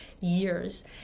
years